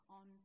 on